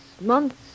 months